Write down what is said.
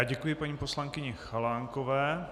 Děkuji paní poslankyni Chalánkové.